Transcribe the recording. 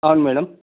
అవును మేడం